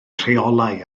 rheolau